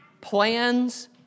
Plans